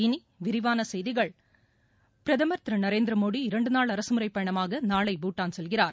இனி விரிவான செய்திகள் பிரதமர் திரு நரேந்திர மோடி இரண்டு நாள் அரசுமுறைப் பயணமாக நாளை பூட்டாள் செல்கிறார்